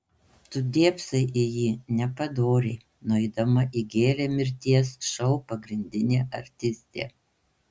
tu dėbsai į jį nepadoriai nueidama įgėlė mirties šou pagrindinė artistė